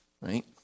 right